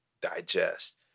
digest